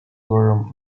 were